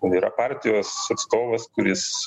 yra partijos atstovas kuris